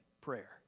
prayer